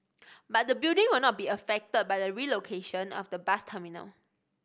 but the building will not be affected by the relocation of the bus terminal